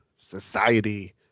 Society